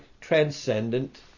transcendent